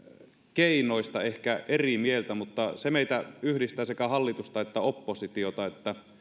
keinoista ehkä eri mieltä mutta se meitä yhdistää sekä hallitusta että oppositiota että